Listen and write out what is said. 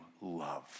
love